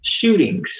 shootings